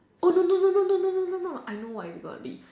oh no no no no no no no I know I've got this